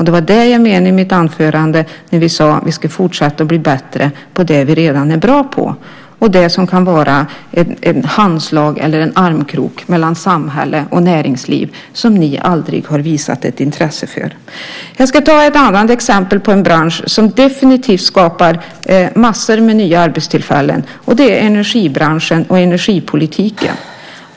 Det var det jag menade i mitt anförande när jag sade att vi skulle fortsätta att bli bättre på det vi redan är bra på. Det kan vara ett handslag eller en armkrok mellan samhälle och näringsliv. Det har ni aldrig visat intresse för. Jag ska ta ett annat exempel på en bransch som definitivt skapar massor av nya arbetstillfällen. Det är energibranschen och energipolitiken.